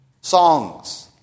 songs